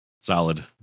solid